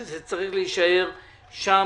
שזה צריך להישאר שם,